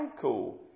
cool